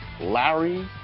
Larry